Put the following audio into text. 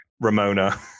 Ramona